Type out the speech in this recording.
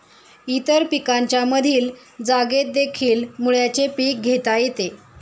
इतर पिकांच्या मधील जागेतदेखील मुळ्याचे पीक घेता येते